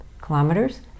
kilometers